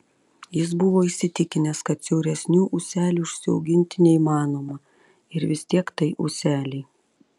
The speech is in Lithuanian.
jis buvo įsitikinęs kad siauresnių ūselių užsiauginti neįmanoma ir vis tiek tai ūseliai